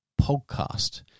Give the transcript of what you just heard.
Podcast